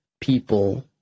people